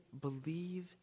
believe